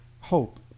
hope